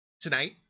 tonight